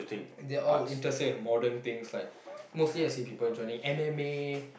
and they all interested in modern things like mostly I see people joining M_M_A